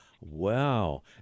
Wow